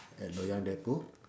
at loyang depot